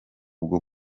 bwo